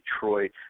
Detroit